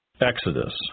Exodus